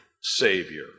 Savior